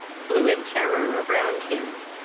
flew in terror around him.